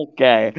Okay